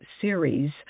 series